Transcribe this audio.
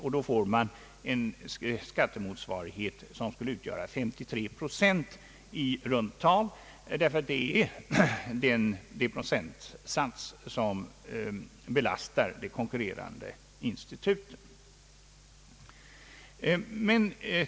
På så sätt får man en skattemotsvarighet som utgör 53 procent i runt tal, därför att det är den procentsats som belastar konkurrenterna.